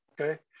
Okay